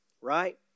right